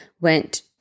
went